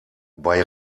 bei